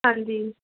ਹਾਂਜੀ